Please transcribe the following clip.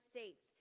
States